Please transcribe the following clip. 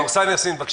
עורסאן יאסין, בבקשה.